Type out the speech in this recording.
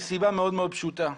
מסיבה מאוד מאוד פשוטה,